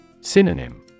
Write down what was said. Synonym